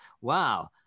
Wow